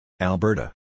Alberta